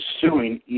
suing